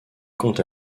compte